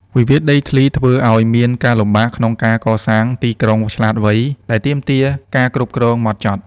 វិវាទដីធ្លីធ្វើឱ្យមានការលំបាកក្នុងការកសាង "ទីក្រុងឆ្លាតវៃ" ដែលទាមទារការគ្រប់គ្រងហ្មត់ចត់។